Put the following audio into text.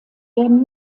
werden